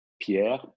Pierre